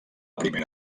primera